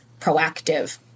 proactive